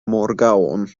morgaŭon